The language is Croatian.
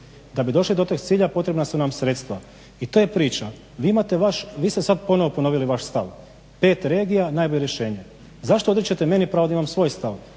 Da bi došli do tog cilja potrebna su nam sredstva i to je priča. Vi imate vaš. Vi ste sad ponovo ponovili vaš stav – pet regija, najbolje rješenje. Zašto odričete meni pravo da ja imam svoj stav